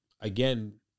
again